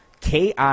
KI